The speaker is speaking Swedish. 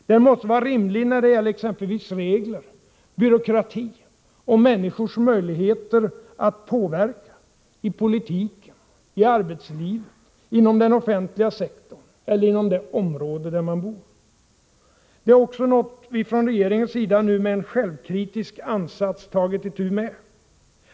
Den måste vara rimlig när det gäller exempelvis regler, byråkrati och människors möjligheter att påverka — i politiken, i arbetslivet, inom den offentliga sektorn eller inom det område där man bor. Det är också något vi från regeringens sida nu med en självkritisk ansats tagit itu med.